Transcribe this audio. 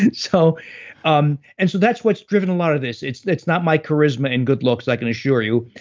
and so um and so that's what's driven a lot of this. it's it's not my charisma and good looks. i can assure you.